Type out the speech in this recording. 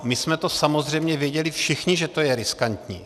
My jsme to samozřejmě věděli všichni, že to je riskantní.